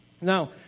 Now